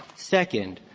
second,